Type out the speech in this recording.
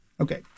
Okay